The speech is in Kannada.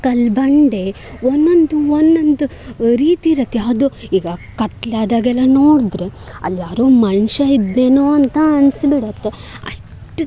ಕಲ್ಲು ಬಂಡೆ ಒಂದೊಂದು ಒಂದೊಂದು ರೀತಿ ಇರುತ್ತೆ ಅದು ಈಗ ಕತ್ತಲೆ ಆದಾಗೆಲ್ಲ ನೋಡಿದ್ರೆ ಅಲ್ಯಾರೊ ಮನುಷ್ಯ ಇದ್ದನೇನೊ ಅಂತ ಅನ್ನಿಸ್ಬಿಡತ್ತೆ ಅಷ್ಟು